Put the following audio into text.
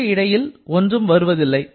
இதற்கு இடையில் ஒன்றும் வருவதில்லை